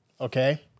okay